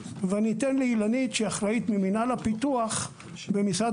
ואתן לאילנית שהיא אחראית ממנהל הפיתוח במשרד